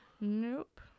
Nope